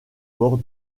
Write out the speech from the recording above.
bord